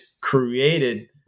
created